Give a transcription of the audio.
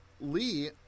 Lee